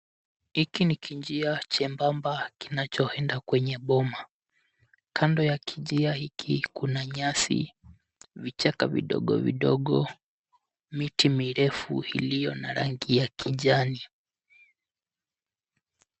Hiki ni kinjia chembaba kinachoenda kwenye boma. Kando ya kinjia hiki kuna nyasi, vichaka vidogovidogo, miti mirefu iliyo na rangi ya kijani.